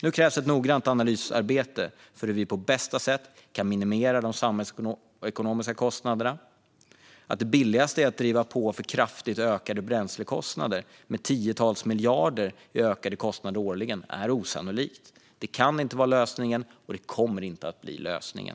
Nu krävs ett noggrant analysarbete för hur vi på bästa sätt kan minimera de samhällsekonomiska kostnaderna. Att det billigaste är att driva på för kraftigt ökade bränslekostnader med tiotals miljarder i ökade kostnader årligen är osannolikt. Det kan inte vara lösningen, och det kommer inte att bli lösningen.